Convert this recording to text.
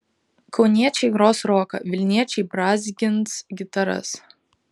kauniečiai gros roką vilniečiai brązgins gitaras